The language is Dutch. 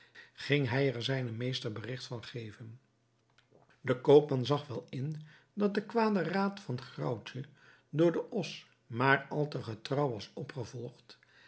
ging hij er zijnen meester berigt van geven de koopman zag wel in dat de kwade raad van graauwtje door den os maar al te getrouw was opgevolgd